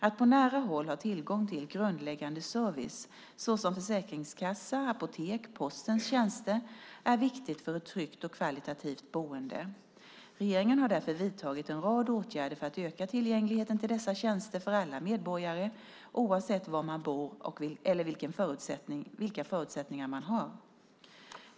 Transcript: Att på nära håll ha tillgång till grundläggande service såsom försäkringskassa, apotek och posttjänster är viktigt för ett tryggt och kvalitativt boende. Regeringen har därför vidtagit en rad åtgärder för att öka tillgängligheten till dessa tjänster för alla medborgare, oavsett var man bor eller vilka förutsättningar man har.